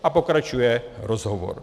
A pokračuje rozhovor.